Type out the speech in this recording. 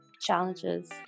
challenges